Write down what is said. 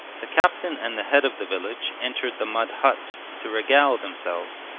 the captain and the head of the village entered the mud hut to regale themselves.